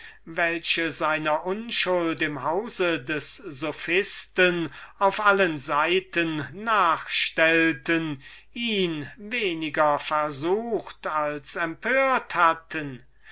welche seiner unschuld im hause des sophisten auf allen seiten nachstellten ihn weniger versucht als empört hatten